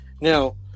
Now